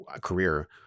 career